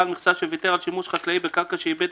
מכסה שוויתר על שימוש חקלאי בקרקע שעיבד